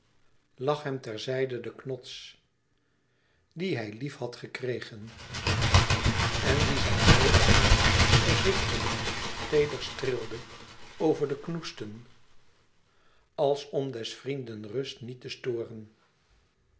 hem ter zijde de knots dien hij lief had gekregen en dien zijn wijde hand voorzichtiglijk teeder streelde over de knoesten als om des vrienden rust niet te storen